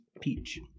Peach